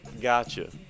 gotcha